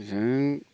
जों